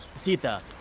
sita.